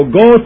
go